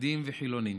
חרדים וחילונים.